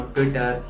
Twitter